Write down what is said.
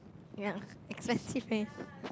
ya excessive eh